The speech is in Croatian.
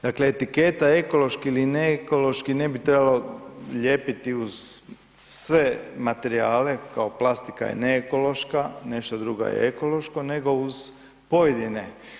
Dakle, etiketa ekološki ili ne ekološki ne bi trebalo lijepiti uz sve materijale kao plastika je ne ekološka, nešto drugo je ekološko, nego uz pojedine.